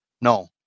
No